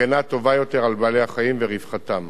הגנה טובה יותר על בעלי-החיים ורווחתם.